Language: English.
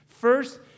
First